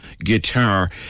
Guitar